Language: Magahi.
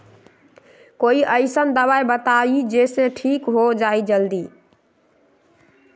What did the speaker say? कोई अईसन दवाई बताई जे से ठीक हो जई जल्दी?